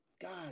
God